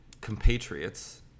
compatriots